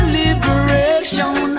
liberation